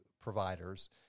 providers